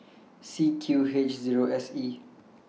C Q H Zero S E